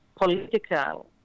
political